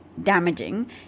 damaging